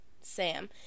Sam